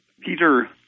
Peter